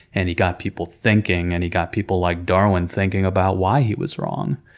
and he got people thinking, and he got people like darwin thinking about why he was wrong,